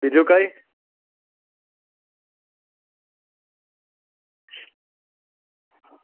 બીજું કંઈ